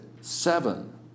seven